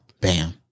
bam